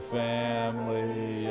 family